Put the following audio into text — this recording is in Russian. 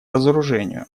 разоружению